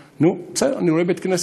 נו, בסדר, אני רואה בית-כנסת.